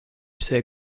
see